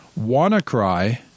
WannaCry